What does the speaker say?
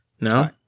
No